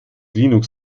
linux